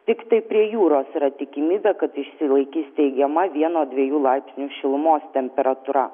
tiktai prie jūros yra tikimybė kad išsilaikys teigiama vieno dviejų laipsnių šilumos temperatūra